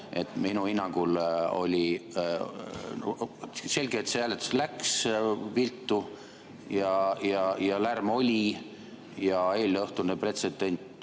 Minu hinnangul on selge, et see hääletus läks viltu, sest lärm oli. Ja eileõhtune pretsedent